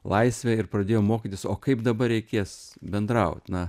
laisvę ir pradėjo mokytis o kaip dabar reikės bendraut na